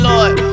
Lord